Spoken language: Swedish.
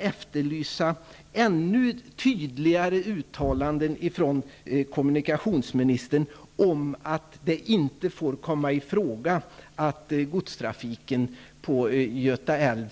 efterlysa ännu tydligare uttalanden från kommunikationsministern om att det inte får komma i fråga att godstrafiken på Göta älv